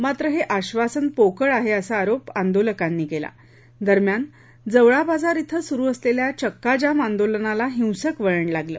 मात्र हे आक्षासन पोकळ आहे असा आरोप यावेळी आंदोलकांनी केला दरम्यान जवळाबाजार इथं सुरु असलेल्या चक्काजाम आंदोलनाला हिंसक वळण लागले